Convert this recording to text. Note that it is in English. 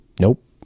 nope